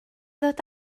ddod